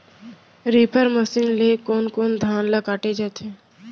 Reaper machine ले कोन कोन धान ल काटे जाथे?